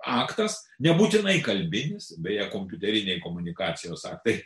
aktas nebūtinai kalbinis beje kompiuteriniai komunikacijos aktai